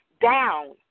down